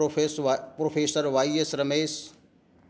प्रोफ़ेस् professor V S Ramesh